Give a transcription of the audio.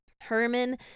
Herman